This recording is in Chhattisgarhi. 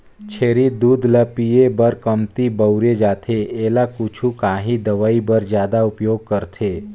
छेरी दूद ल पिए बर कमती बउरे जाथे एला कुछु काही दवई बर जादा उपयोग करथे